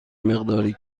مقداری